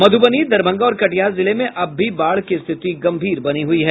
मधुबनी दरभंगा और कटिहार जिले में अब भी बाढ़ की स्थिति गंभीर बनी हुई है